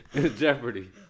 Jeopardy